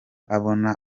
abona